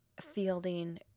fielding